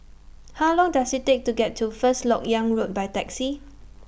How Long Does IT Take to get to First Lok Yang Road By Taxi